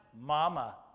mama